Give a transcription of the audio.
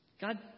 God